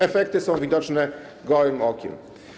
Efekty są widoczne gołym okiem.